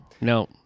no